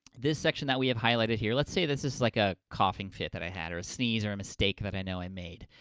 this section that we have highlighted here, let's say this is like a coughing fit that i had or sneeze or a mistake that i know i made.